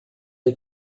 der